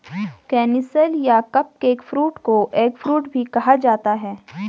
canistel या cupcake fruit को eggfruit भी कहा जाता है